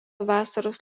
vasaros